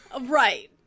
right